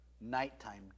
nighttime